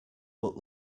but